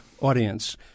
audience